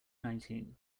nineteen